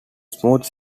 smooth